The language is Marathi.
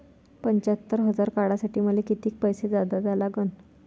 पंच्यात्तर हजार काढासाठी मले कितीक पैसे जादा द्या लागन?